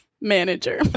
manager